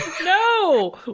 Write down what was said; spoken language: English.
no